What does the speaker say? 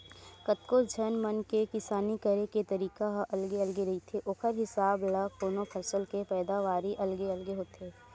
कतको झन मन के किसानी करे के तरीका ह अलगे अलगे रहिथे ओखर हिसाब ल कोनो फसल के पैदावारी अलगे अलगे होथे